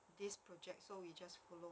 this project so we just follow